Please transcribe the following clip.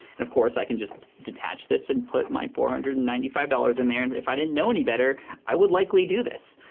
and of course i can just detach this and put my four hundred and ninety five dollars in there and if i didn't know any better i would likely do this.